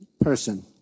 person